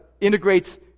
integrates